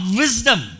wisdom